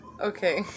Okay